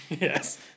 Yes